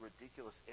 ridiculous